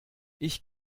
ich